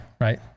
right